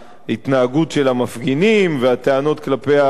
של המפגינים והטענות כלפי השוטרים.